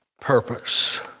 purpose